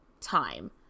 time